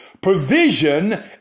provision